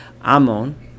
Ammon